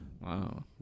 Wow